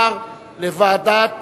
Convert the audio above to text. מוקדם בוועדת